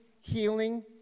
healing